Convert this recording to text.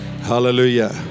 Hallelujah